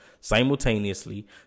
simultaneously